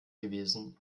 gewesen